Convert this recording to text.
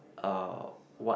uh what